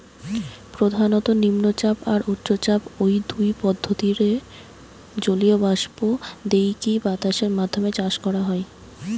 প্রধানত নিম্নচাপ আর উচ্চচাপ, ঔ দুই পদ্ধতিরে জলীয় বাষ্প দেইকি বাতাসের মাধ্যমে চাষ করা হয়